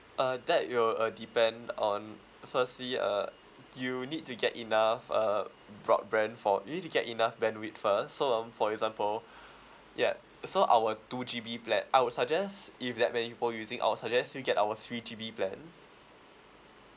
uh that will uh depend on firstly uh you need to get enough uh broadband for you need to get enough bandwidth first so um for example ya so our two G_B plan I would suggest if that many people using I would suggest you get our three G_B plan